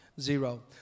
zero